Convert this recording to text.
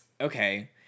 okay